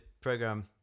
program